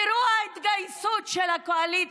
תראו את ההתגייסות של הקואליציה,